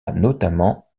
notamment